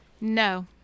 no